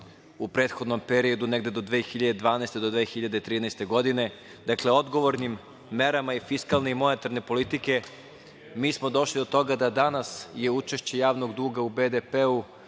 u prethodnom periodu negde do 2012, do 2013. godine. Dakle, odgovornim merama i fiskalne i monetarne politike mi smo došli do toga da je danas učešće javnog duga u BDP-u